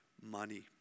money